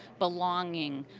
belonging,